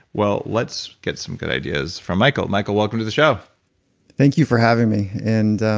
well, let's get some good ideas from michael. michael, welcome to the show thank you for having me. and,